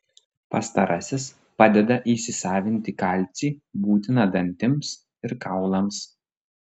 pastarasis padeda įsisavinti kalcį būtiną dantims ir kaulams